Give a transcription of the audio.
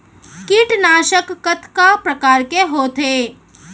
कीटनाशक कतका प्रकार के होथे?